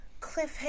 cliffhanger